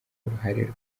uruhare